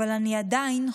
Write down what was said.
אבל אני עדיין חולה.